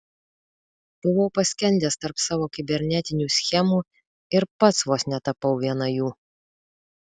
buvau paskendęs tarp savo kibernetinių schemų ir pats vos netapau viena jų